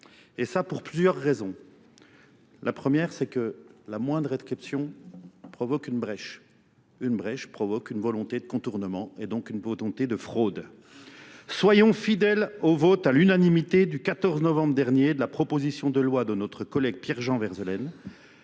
Et ça pour plusieurs raisons. La première, c'est que la moindre réception provoque une brèche. Une brèche provoque une volonté de contournement et donc une volonté de fraude. Soyons fidèles au vote à l'unanimité du 14 novembre dernier de la proposition de loi de notre collègue Pierre-Jean Verzelaine.